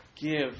Give